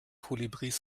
kolibris